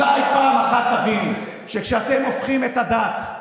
אולי פעם אחת תבינו שכשאתם הופכים את הדת,